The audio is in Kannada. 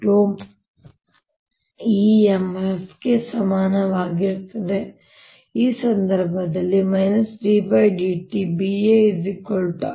A EMF ಗೆ ಸಮಾನವಾಗಿರುತ್ತದೆ ಈ ಸಂದರ್ಭದಲ್ಲಿ ನಾನು d dt B